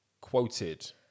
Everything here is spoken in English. quoted